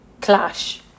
clash